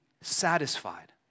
satisfied